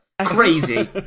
Crazy